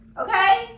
Okay